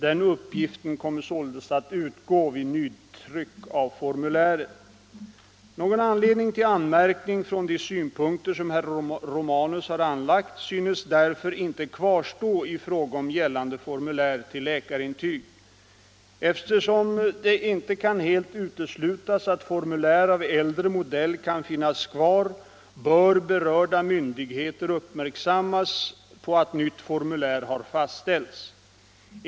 Den uppgiften kommer således att utgå vid nytryck av formuläret. Någon anledning till anmärkning från de synpunkter som herr Romanus har anlagt synes därför inte kvarstå i fråga om gällande formulär till läkarintyg. Eftersom det inte kan helt uteslutas att formulär av äldre modell kan finnas kvar, bör berörda myndigheter uppmärksammas på att nytt formulär har fastställts.